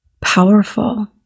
powerful